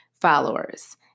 followers